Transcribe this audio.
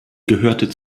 gehörte